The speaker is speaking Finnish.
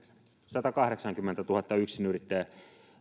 satakahdeksankymmentätuhatta yksinyrittäjää